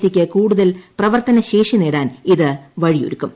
C യ്ക്ക് കൂടുതൽ പ്രവർത്തനശേഷി നേടാൻ ഇത് വഴിയൊരുക്കും